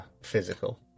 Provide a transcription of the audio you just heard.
physical